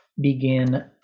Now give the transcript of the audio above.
begin